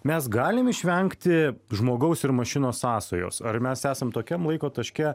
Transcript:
mes galim išvengti žmogaus ir mašinos sąsajos ar mes esam tokiam laiko taške